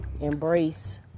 embrace